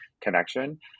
connection